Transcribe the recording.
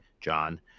john